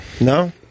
No